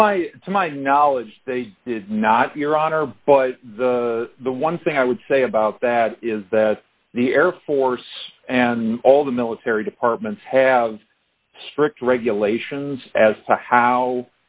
so my to my knowledge they did not your honor but the one thing i would say about that is that the air force and all the military departments have strict regulations as to how